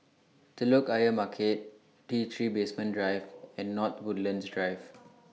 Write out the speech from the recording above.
Telok Ayer Market T three Basement Drive and North Woodlands Drive